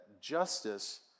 justice